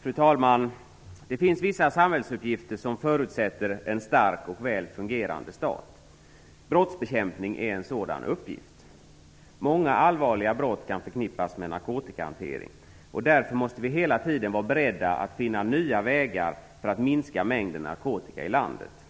Fru talman! Det finns vissa samhällsuppgifter som förutsätter en stark och väl fungerande stat. Brottsbekämpning är en sådan uppgift. Många allvarliga brott kan förknippas med narkotikahantering. Därför måste vi hela tiden vara beredda att finna nya vägar för att minska mängden narkotika i landet.